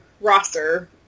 roster